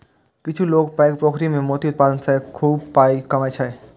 किछु लोक पैघ पोखरि मे मोती उत्पादन सं खूब पाइ कमबै छै